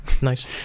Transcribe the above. Nice